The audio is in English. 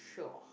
sure